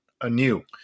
anew